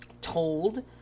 told